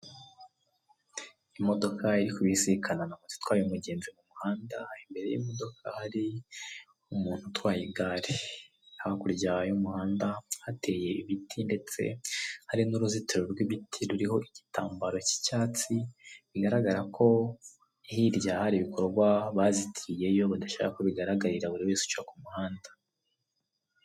Imodoka iri kubisikana na moto itwaye umugenzi mu muhanda imbere y'imodoka hari umuntu utwaye igare hakurya y'umuhanda hateye ibiti ndetse hari n'uruzitiro rw'ibiti ruriho igitambaro cy'icyatsi bigaragara ko hirya hari ibikorwa bazitiriyeyo badashaka ko bigaragarira buri wese uca ku muhanda .